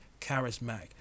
charismatic